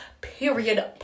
period